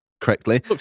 correctly